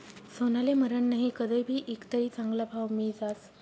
सोनाले मरन नही, कदय भी ईकं तरी चांगला भाव मियी जास